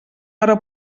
hora